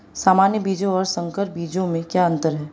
सामान्य बीजों और संकर बीजों में क्या अंतर है?